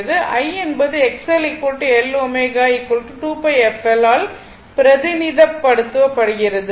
I என்பது X L L ω 2πf L ஆல் பிரதிநிதித்துவ படுத்தப்படுகிறது